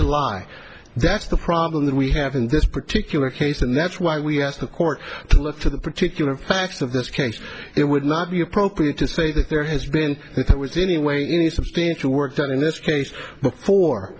lie that's the problem that we have in this particular case and that's why we ask the court to look to the particular facts of this case it would not be appropriate to say that there has been that was in any way any substantial work done in this case before